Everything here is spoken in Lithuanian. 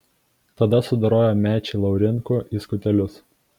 tada sudorojo mečį laurinkų į skutelius